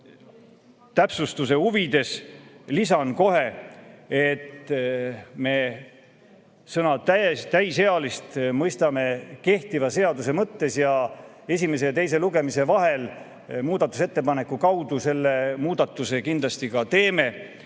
Täpsustuseks lisan kohe, et me sõna "täisealine" mõistame kehtiva seaduse mõttes ja esimese ja teise lugemise vahel muudatusettepaneku kaudu selle muudatuse kindlasti ka teeme,